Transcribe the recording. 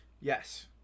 yes